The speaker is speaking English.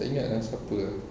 tak ingat ah siapa